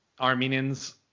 Armenians